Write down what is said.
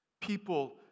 People